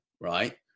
right